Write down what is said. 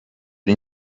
این